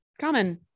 Common